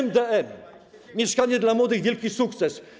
MdM - Mieszkanie dla Młodych, wielki sukces.